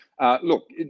Look